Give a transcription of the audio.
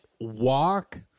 walk